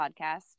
podcast